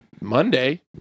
Monday